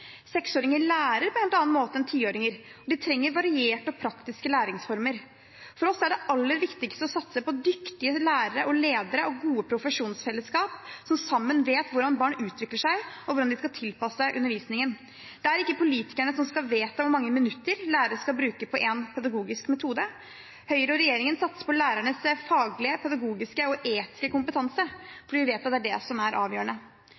Seksåringer lærer på en helt annen måte enn tiåringer. De trenger varierte og praktiske læringsformer. For oss er det aller viktigst å satse på dyktige lærere og ledere og gode profesjonsfellesskap som sammen vet hvordan barn utvikler seg, og hvordan de skal tilpasse undervisningen. Det er ikke politikerne som skal vedta hvor mange minutter lærere skal bruke på én pedagogisk metode. Høyre og regjeringen satser på lærernes faglige, pedagogiske og etiske kompetanse, fordi vi vet at det er det som er avgjørende.